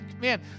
man